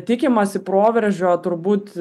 tikimasi proveržio turbūt